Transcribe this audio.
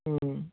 ਹਾਂ